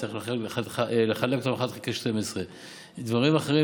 הוא יצטרך לחלק אותם 1 חלקי 12. דברים אחרים,